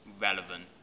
relevant